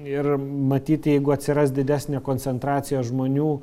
ir matyt jeigu atsiras didesnė koncentracija žmonių